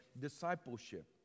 discipleship